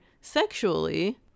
sexually